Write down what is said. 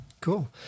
Cool